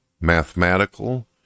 mathematical